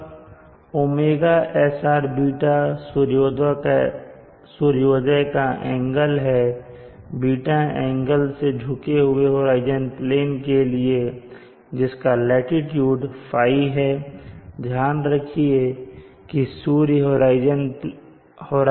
अब ωsrß सूर्योदय का एंगल होगा ß एंगल से झुके हुए होराइजन प्लेन के लिए जिसका लाटीट्यूड ϕ है